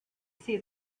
see